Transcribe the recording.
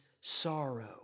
sorrow